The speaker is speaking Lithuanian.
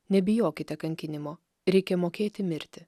nebijokite kankinimo reikia mokėti mirti